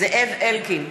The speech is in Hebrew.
זאב אלקין,